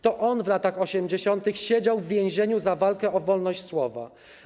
To on w latach 80. siedział w więzieniu za walkę o wolność słowa.